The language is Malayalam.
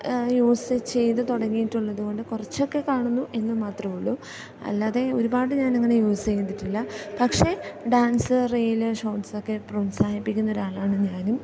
യൂസ് ചെയ്ത് തുടങ്ങിയിട്ടുള്ളതുകൊണ്ട് കുറച്ചൊക്കെ കാണുന്നു എന്ന് മാത്രം ഉള്ളൂ അല്ലാതെ ഒരുപാട് ഞാനങ്ങനെ യൂസ് ചെയ്തിട്ടില്ല പക്ഷേ ഡാൻസ് റീല് ഷോർട്സ് ഒക്കെ പ്രോത്സാഹിപ്പിക്കുന്ന ഒരാളാണ് ഞാനും